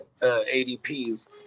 ADPs